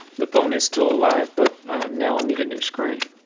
the phone is still alive, but now i'll need a new screen.